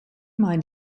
mind